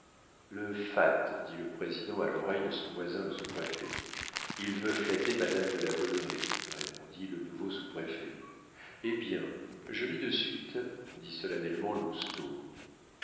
le fat dit le président à l'oreille de son voisin le sous-préfet il veut flatter madame de la baudraye répondit le nouveau sous-préfet eh bien je lis de suite dit solennellement